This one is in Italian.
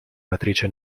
matrice